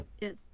yes